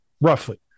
roughly